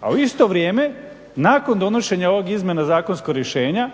a u isto vrijeme nakon donošenja ovog izmjena zakonskog rješenja